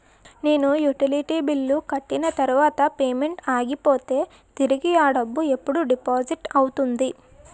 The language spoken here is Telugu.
నేను యుటిలిటీ బిల్లు కట్టిన తర్వాత పేమెంట్ ఆగిపోతే తిరిగి అ డబ్బు ఎప్పుడు డిపాజిట్ అవుతుంది?